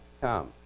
come